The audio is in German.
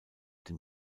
den